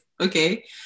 Okay